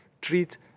treat